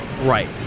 right